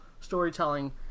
storytelling